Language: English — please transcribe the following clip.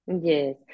Yes